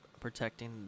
protecting